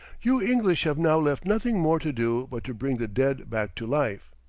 you english have now left nothing more to do but to bring the dead back to life.